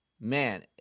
Man